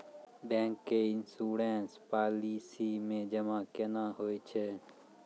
Bank के insurance policy मे जमा केना होय छै?